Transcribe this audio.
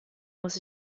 muss